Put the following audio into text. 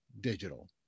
digital